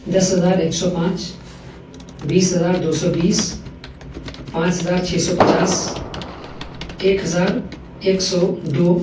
دس ہزار ایک سو پانچ بیس ہزار دو سو بیس پاںچ ہزار چھ سو پچاس ایک ہزار ایک سو دو